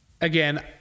Again